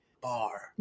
bar